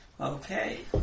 Okay